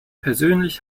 persönlich